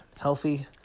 healthy